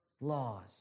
laws